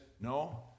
no